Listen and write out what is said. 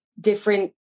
different